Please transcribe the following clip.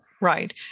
Right